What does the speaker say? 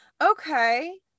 Okay